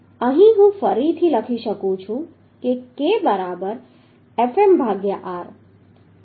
અહીંથી હું ફરીથી લખી શકું છું k બરાબર Fm ભાગ્યા r